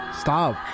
stop